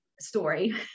story